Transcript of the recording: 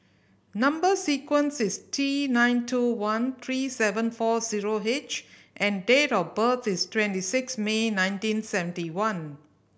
number sequence is T nine two one three seven four zero H and date of birth is twenty six May nineteen seventy one